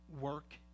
work